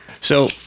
So-